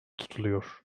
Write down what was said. tutuluyor